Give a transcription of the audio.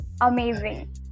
Amazing